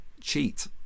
cheat